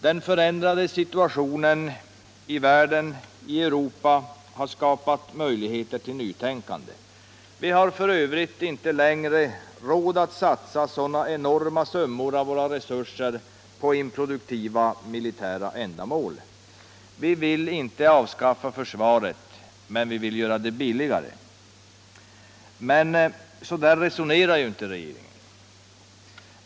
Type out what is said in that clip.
Den förändrade situationen i världen, i Europa, har skapat möjligheter till nytänkande. Vi har f.ö. inte längre råd att satsa sådana enorma summor av våra resurser på improduktiva militära ändamål. Vi vill inte avskaffa försvaret, men vi vill göra det billigare. Men så där resonerar ju inte regeringen.